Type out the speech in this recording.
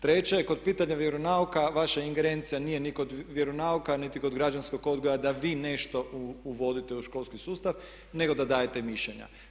Treće, kod pitanja vjeronauka vaša ingerencija nije ni kod vjeronauka niti kod građanskog odgoja da vi nešto uvodite u školski sustav nego da dajete mišljenja.